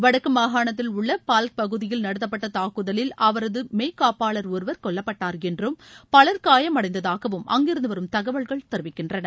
வடக்கு மாகாணத்தில் உள்ள பால்க் பகுதியில் நடத்தப்பட்ட தாக்குதலில் அவரது மெய்க்காப்பாளர் ஒருவர் கொல்லப்பட்டார் என்றும் பலர் காயமடைந்ததாகவும் அங்கிருந்து வரும் தகவல்கள் தெரிவிக்கின்றன